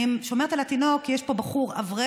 אני שומרת על התינוק כי יש פה בחור אברך,